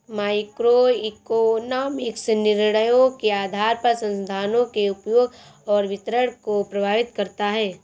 microeconomics निर्णयों के आधार पर संसाधनों के उपयोग और वितरण को प्रभावित करता है